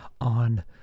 On